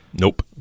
Nope